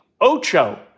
Ocho